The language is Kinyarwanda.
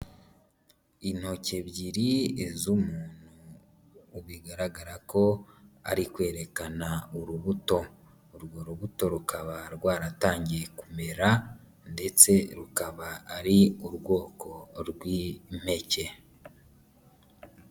Intoki ebyiri z'umuntu bigaragara ko ari kwerekana urubuto, urwo rubuto rukaba rwaratangiye kumera ndetse rukaba ari ubwoko rw'impeke.